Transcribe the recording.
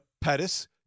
Pettis